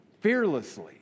fearlessly